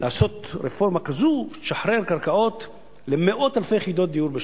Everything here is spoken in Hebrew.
לעשות רפורמה כזו שתשחרר קרקעות למאות אלפי יחידות דיור בשנה.